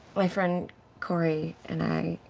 my friend cori and i,